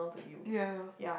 ya